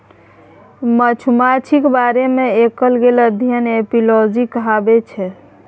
मधुमाछीक बारे मे कएल गेल अध्ययन एपियोलाँजी कहाबै छै